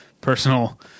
personal